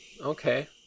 okay